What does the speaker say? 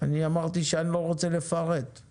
לא רוצה להגיד